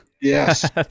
Yes